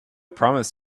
promised